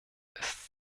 ist